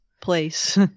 place